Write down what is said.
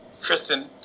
Kristen